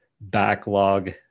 backlog